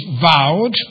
vowed